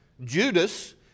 Judas